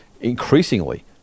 increasingly